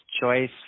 choice